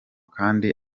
kandi